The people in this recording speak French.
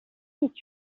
est